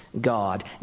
God